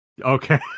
Okay